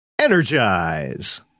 Energize